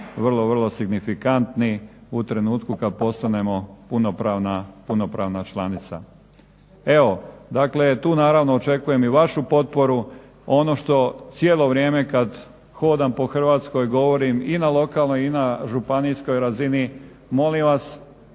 vrlo, vrlo signifikantni u trenutku kada postanemo punopravna članica. Evo, tu naravno očekujem i vašu potporu. Ono što cijelo vrijeme kada hodam po Hrvatskoj govorim i na lokalnoj i na županijskoj razini, molim vas